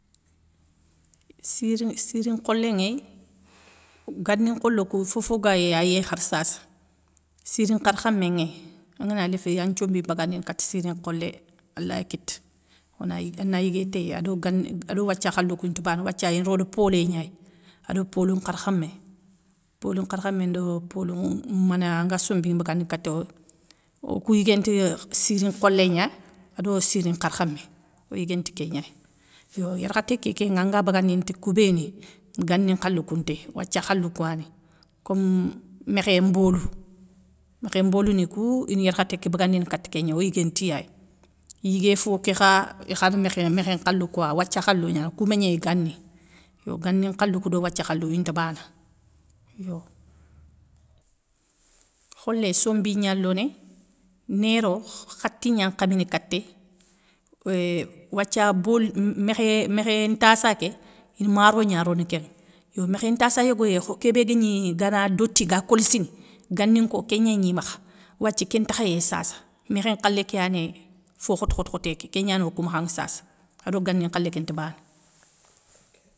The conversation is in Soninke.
Sir sirin nkholé ŋey, gani nkholo kou fofogayéy ayey kharssassa, sirr nkharkhamé ŋey, ngana lé fey iya nthiombi mbagandini kati sirr nkholé alay kite ona yig ana yiguétey ado gani ado wathia khalou kounti bana, wathia ini rono polé gnay, ado polou nkharkhamé, polou nkharkhamé ndo polou manaya anga sombi mbagandini katoy. Okou yiguéné ti euhh sirin nkholé gna, ado sirr nkharkhamé, oyiguéné ti kén gna. Yo yarkhaté kéké anga bagandini ti koubéni, gani nkhalou kountey wathia khalou kouwaney. Kom mékhé mbolou, mékhé mbolounikouini yarkhaté ké bagandini kati kén gna, oyiguéné ti yaye. Yiguéfo kékha, ikha da mékhén mékhé nkhalou kouwa wathia khalou gnani; kou ménéy gani, yo gani nkhalou kou do wathia khalou inta bana yo. Kholé, sombi gna lonéy, néro khati gna nkhamini katéy euuuhh. Wathia bolini mékhé mékhé ntassa ké ina maro gna roni kén ŋa yo mékhé ntassa yogo yéy kho kébéguégni gana doti ga kolissini ganinko kégnégni makha, wathia kén ntakhayéy sasa, mékhén nkhalé kéyanéy fo khotkhotkhotéké kégnéno kou makhan sasa ado hani nkhalé ké nta bana.